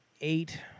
eight